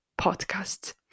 podcast